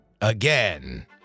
again